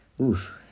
oof